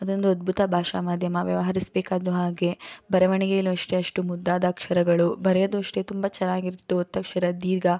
ಅದೊಂದು ಅದ್ಭುತ ಭಾಷಾ ಮಾಧ್ಯಮ ವ್ಯವಹಾರಿಸಬೇಕಾದ್ರೂ ಹಾಗೆಯೇ ಬರವಣಿಗೆಯಲ್ಲಿಯೂ ಅಷ್ಟೇ ಅಷ್ಟು ಮುದ್ದಾದ ಅಕ್ಷರಗಳು ಬರೆಯೋದು ಅಷ್ಟೇ ತುಂಬ ಚೆನ್ನಾಗಿರ್ತಿತ್ತು ಒತ್ತಕ್ಷರ ಧೀರ್ಘ